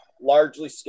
largely